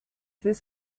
this